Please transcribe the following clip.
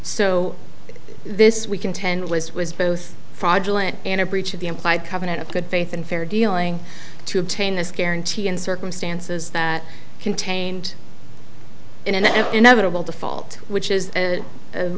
so this we contend was was both fraudulent and a breach of the implied covenant of good faith and fair dealing to obtain this guarantee in circumstances that contained in an inevitable default which is